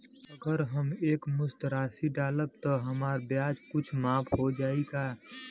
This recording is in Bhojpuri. अगर हम एक मुस्त राशी डालब त हमार ब्याज कुछ माफ हो जायी का?